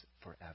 forever